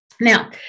Now